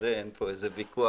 אין פה ויכוח,